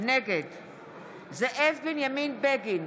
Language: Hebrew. נגד זאב בנימין בגין,